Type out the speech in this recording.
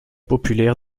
populaire